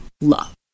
love